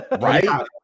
right